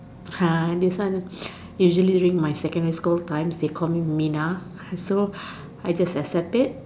ha this one usually during my secondary school time they called me Mina so I just accept it